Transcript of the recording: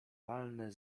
walne